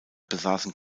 besaßen